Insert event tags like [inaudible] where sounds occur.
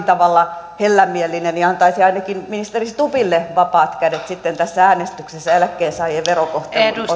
[unintelligible] tavalla hellämielinen ja antaisi ainakin ministeri stubbille vapaat kädet sitten tässä äänestyksessä eläkkeensaajien verokohtelun